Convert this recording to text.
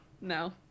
no